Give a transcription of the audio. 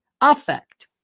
affect